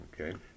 Okay